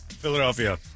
Philadelphia